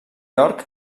york